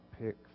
pick